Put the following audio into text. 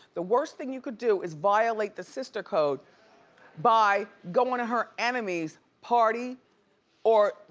the worst thing you could do is violate the sister code by going to her enemy's party or,